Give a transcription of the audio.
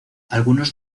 algunos